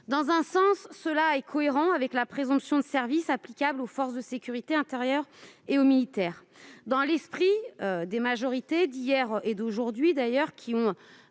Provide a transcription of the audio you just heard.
Dans un sens, cette règle est cohérente avec la présomption de service applicable aux forces de sécurité intérieure et aux militaires. Dans l'esprit des majorités d'hier et d'aujourd'hui qui